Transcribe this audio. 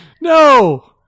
No